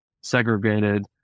segregated